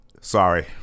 Sorry